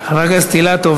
הכנסת אילטוב,